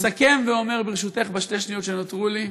אני מסכם ואומר, ברשותך, בשתי השניות שנותרו לי: